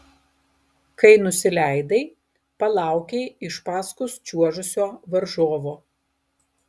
kai nusileidai palaukei iš paskus čiuožusio varžovo